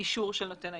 אישור של נותן האישור.